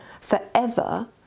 forever